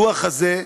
הדוח הזה,